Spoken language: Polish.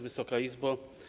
Wysoka Izbo!